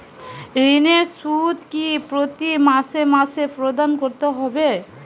ঋণের সুদ কি প্রতি মাসে মাসে প্রদান করতে হবে?